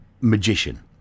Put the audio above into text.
Magician